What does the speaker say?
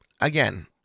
again